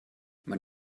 man